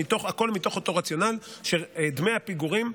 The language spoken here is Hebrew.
הכול מתוך אותו רציונל של דמי הפיגורים,